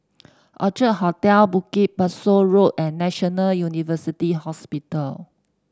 Orchard Hotel Bukit Pasoh Road and National University Hospital